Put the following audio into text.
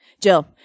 Jill